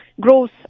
growth